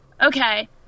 Okay